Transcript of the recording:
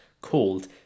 called